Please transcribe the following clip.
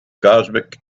cosmic